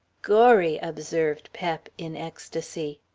gorry, observed pep, in ecstasy.